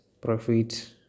profit